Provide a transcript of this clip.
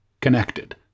connected